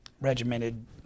regimented